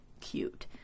cute